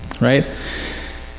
right